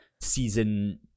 season